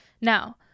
now